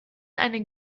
einen